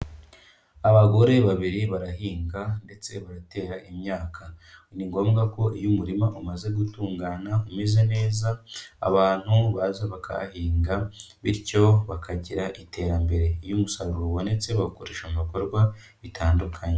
Abagore babiri barahinga ndetse baratera imyaka Ni ngombwa ko iyo umurima umaze gutungana umeze neza, abantu baza bakahahinga bityo bakagira iterambere. Iyo umusaruro ubonetse bawukoresha mu bikorwa bitandukanye.